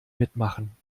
mitmachen